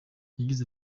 yagize